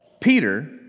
Peter